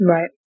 Right